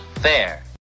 Fair